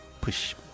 Push